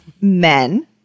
men